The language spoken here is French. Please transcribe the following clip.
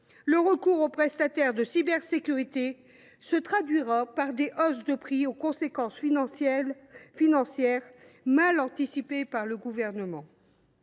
le recours aux prestataires de cybersécurité se traduira par des hausses de prix, dont les conséquences financières sont mal anticipées par le Gouvernement.